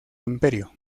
imperio